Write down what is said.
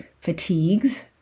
fatigues